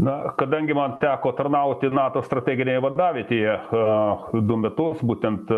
na kadangi man teko tarnauti nato strateginėje vadavietėje a du metus būtent